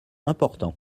important